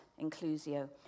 inclusio